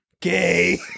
gay